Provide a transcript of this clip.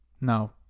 No